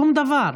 שום דבר.